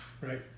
Right